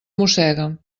mossega